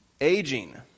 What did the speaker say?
Aging